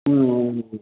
ம்ம்